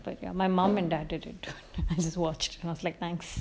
but ya my mom and dad just watched and I was like thanks